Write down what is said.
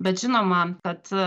bet žinoma kad